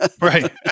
Right